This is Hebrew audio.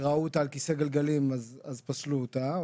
שראו שהיא על כיסא גלגלים אז פסלו אותה,